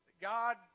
God